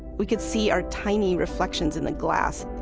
we could see our tiny reflections in the glass.